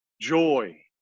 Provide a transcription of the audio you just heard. joy